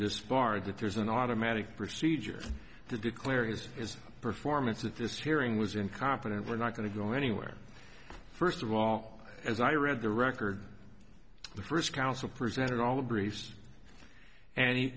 disbarred that there's an automatic procedure to declare his performance at this hearing was incompetent we're not going to go anywhere first of all as i read the record the first counsel presented all the briefs and he